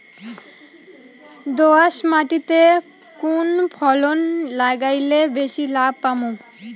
দোয়াস মাটিতে কুন ফসল লাগাইলে বেশি লাভ পামু?